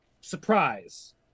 surprise